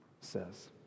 says